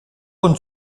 und